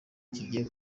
kigiye